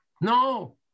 no